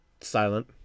Silent